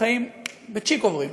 החיים בצ'יק עוברים,